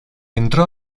entró